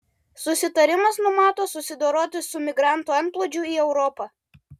susitarimas numato susidoroti su migrantų antplūdžiu į europą